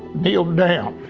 kneeled down